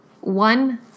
one